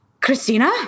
Christina